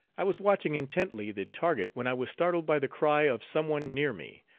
i was watching intently the target when i was startled by the cry of some one near me,